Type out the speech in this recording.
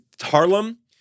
Harlem